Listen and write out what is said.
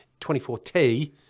24t